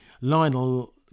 Lionel